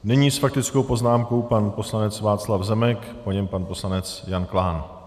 Nyní s faktickou poznámkou pan poslanec Václav Zemek, po něm pan poslanec Jan Klán.